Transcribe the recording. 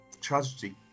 tragedy